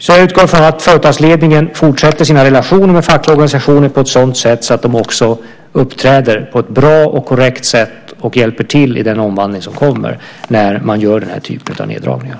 Jag utgår alltså från att företagsledningen fortsätter sina relationer med de fackliga organisationerna på ett sådant sätt att de också uppträder på ett bra och korrekt sätt och hjälper till i den omvandling som kommer när man gör denna typ av neddragningar.